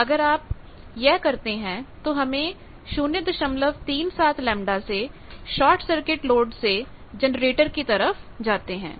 तो अगर आप यह करते हैं तो हम 037 λ से शॉर्ट सर्किट लोड से जनरेटर की तरफ जाते हैं